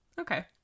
Okay